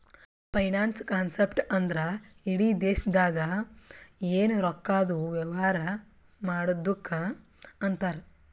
finance concept ಅಂದ್ರ ಇಡಿ ದೇಶ್ದಾಗ್ ಎನ್ ರೊಕ್ಕಾದು ವ್ಯವಾರ ಮಾಡದ್ದುಕ್ ಅಂತಾರ್